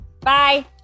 Bye